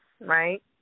right